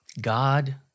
God